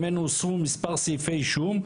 ממנו הוסרו מס' סעיפי אישום,